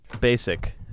basic